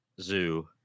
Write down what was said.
zoo